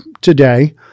today